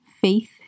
Faith